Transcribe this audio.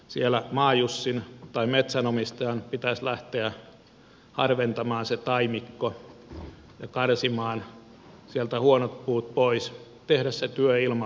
siellä maajussin tai metsänomistajan pitäisi lähteä harventamaan se taimikko ja karsimaan sieltä huonot puut pois tehdä se työ ilmaiseksi